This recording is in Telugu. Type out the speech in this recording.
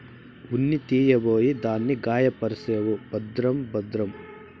ఉన్ని తీయబోయి దాన్ని గాయపర్సేవు భద్రం భద్రం